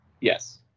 Yes